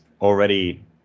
already